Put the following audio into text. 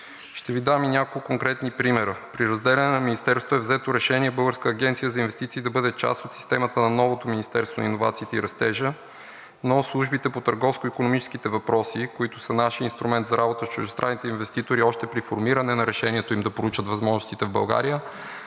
Ще Ви дам и няколко конкретни примера. При разделяне на Министерството е взето решение Българската агенция за инвестиции да бъде част от системата на новото Министерство на иновациите и растежа, но службите по търговско-икономическите въпроси, които са нашият инструмент за работа с чуждестранните инвеститори още при формиране на решението им да проучат възможностите в България,